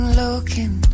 looking